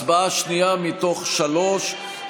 הצבעה שנייה מתוך שלוש,